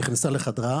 נכנסה לחדרה.